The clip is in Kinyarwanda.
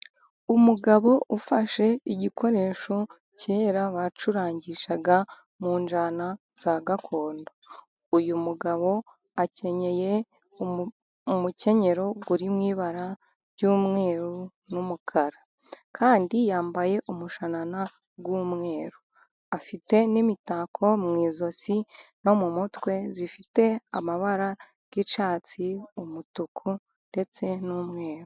Umugabo ufashe igikoresho kera bacurangishaga mu njyana za gakondo, uyu mugabo akenyeye umukenyero urimo ibara ry'umweru n'umukara, kandi yambaye umushanana w'umweru, afite n'imitako mu ijosi no mu mutwe, ifite amabara y'icyatsi umutuku ndetse n'umweru.